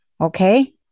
Okay